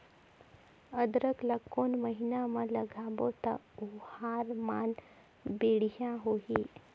अदरक ला कोन महीना मा लगाबो ता ओहार मान बेडिया होही?